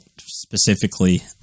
specifically